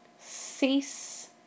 cease